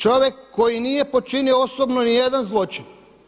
Čovjek koji nije počinio osobno ni jedan zločin.